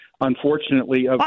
unfortunately